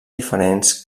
diferents